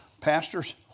pastors